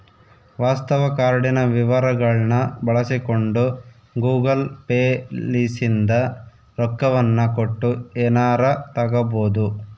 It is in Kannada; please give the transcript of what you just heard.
ವಾಸ್ತವ ಕಾರ್ಡಿನ ವಿವರಗಳ್ನ ಬಳಸಿಕೊಂಡು ಗೂಗಲ್ ಪೇ ಲಿಸಿಂದ ರೊಕ್ಕವನ್ನ ಕೊಟ್ಟು ಎನಾರ ತಗಬೊದು